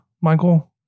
Michael